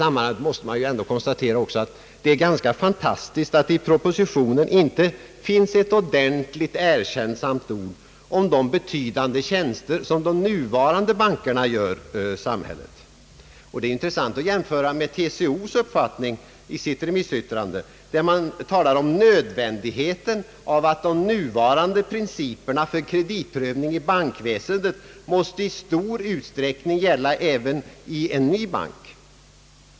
Man måste i detta sammanhang konstatera att det inte heller i propositionen finns ett enda erkännsamt ord om de betydande tjänster som de nuvarande bankerna gör samhället. Det är intressant att jämföra denna inställning med TCO:s uppfattning. TCO anför nämligen att det är nödvändigt att de nuvarande principerna för kreditprövning i bankväsendet i stor utsträckning måste gälla även i en ny bank.